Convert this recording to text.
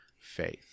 faith